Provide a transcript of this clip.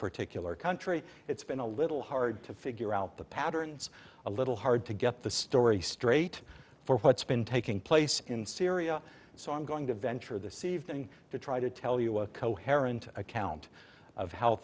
particular country it's been a little hard to figure out the patterns a little hard to get the story straight for what's been taking place in syria so i'm going to venture this evening to try to tell you a coherent account of h